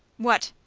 what?